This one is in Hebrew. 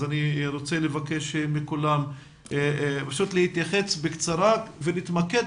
אז אני רוצה לבקש מכולם פשוט להתייחס בקצרה ולהתמקד.